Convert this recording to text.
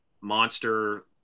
monster